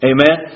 Amen